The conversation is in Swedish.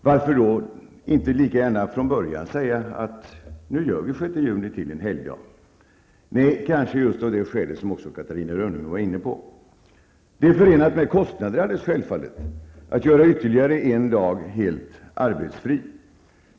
Varför då inte lika gärna från början säga att vi nu gör den 6 juni till en helgdag? Nej, det vill vi inte, kanske just av det skäl som också Catarina Rönnung var inne på: det är självfallet förenat med kostnader att göra ytterligare en dag helt arbetsfri.